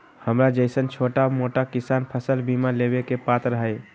हमरा जैईसन छोटा मोटा किसान फसल बीमा लेबे के पात्र हई?